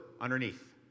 underneath